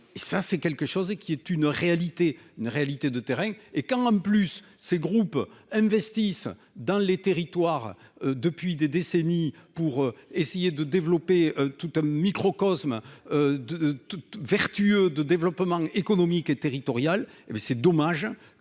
et ça c'est quelque chose, et qui est une réalité, une réalité de terrain et quand en plus, ces groupes investissent dans les territoires depuis des décennies pour essayer de développer tout un microcosme de toute vertueux de développement économique et territorial, hé ben c'est dommage